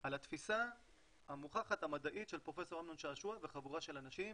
על התפיסה המוכחת המדעית של פרופ' אמנון שעשוע וחבורה של אנשים